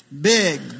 big